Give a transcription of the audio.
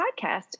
podcast